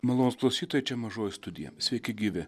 malonūs klausytojai čia mažoji studija sveiki gyvi